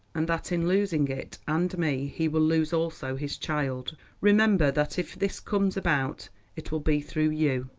and that in losing it and me he will lose also his child. remember that if this comes about it will be through you.